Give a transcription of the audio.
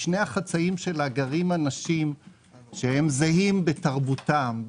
בשני חצאיה גרים אנשים שזהים בתרבותם,